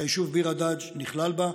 שהיישוב ביר הדאג' נכלל בה,